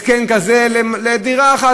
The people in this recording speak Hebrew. התקן כזה לדירה אחת.